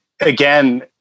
again